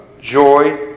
joy